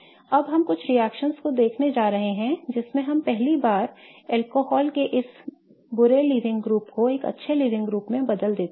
अब हम कुछ रिएक्शनओं को देखने जा रहे हैं जिसमें हम पहली बार अल्कोहल के इस बुरे लीविंग ग्रुप को एक अच्छे लीविंग ग्रुप में बदल देते हैं